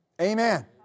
Amen